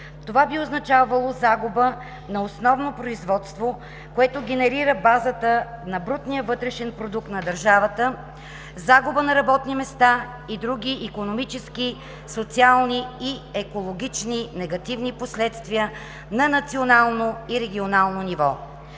Това би означавало загуба на основно производство, което генерира базата на брутния вътрешен продукт на държавата, загуба на работни места и други икономически, социални и екологични негативни последствия на национално и регионално ниво.